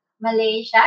Malaysia